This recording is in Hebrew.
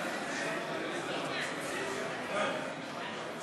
לישראל (הוראת שעה)